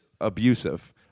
abusive